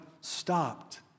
stopped